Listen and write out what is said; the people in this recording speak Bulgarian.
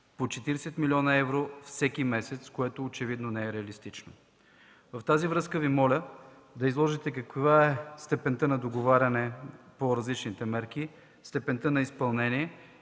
по 40 млн. евро всеки месец, което очевидно не е реалистично. В тази връзка Ви моля да изложите каква е степента на договаряне по различните мерки, степента на изпълнение